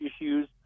issues